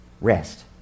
Rest